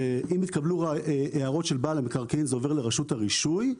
ואם התקבלו הערות של בעל המקרקעין זה עובר לרשות הרישוי,